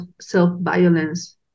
self-violence